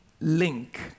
link